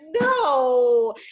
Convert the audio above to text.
no